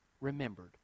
remembered